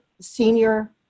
Senior